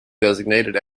designated